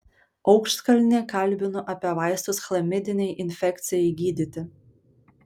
aukštkalnį kalbinu apie vaistus chlamidinei infekcijai gydyti